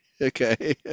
Okay